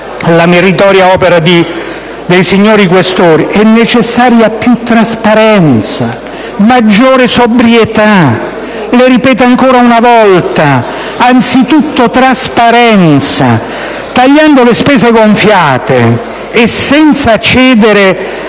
la meritoria opera dei senatori Questori, è necessaria più trasparenza, maggiore sobrietà e - lo ripeto ancora una volta - anzitutto trasparenza. Tagliando le spese gonfiate e senza cedere